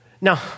Now